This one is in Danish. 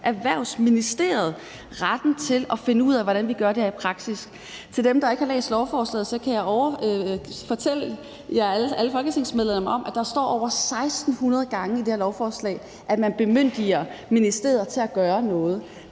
Erhvervsministeriet retten til at finde ud af, hvordan vi gør det her i praksis. Til de folketingsmedlemmer, der ikke har læst lovforslaget, kan jeg fortælle, at der over 1.600 gange i det her lovforslag står, at man bemyndiger ministeriet til at gøre noget.